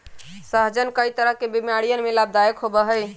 सहजन कई तरह के बीमारियन में लाभदायक होबा हई